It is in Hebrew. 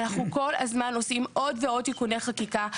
אנחנו כל הזמן עושים עוד ועוד תיקוני חקיקה,